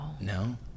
No